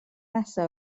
nesa